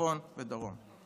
צפון ודרום.